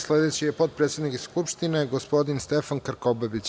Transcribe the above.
Sledeći je potpredsednik Skupštine, gospodin Stefan Krkobabić.